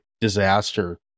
disaster